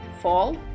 Fall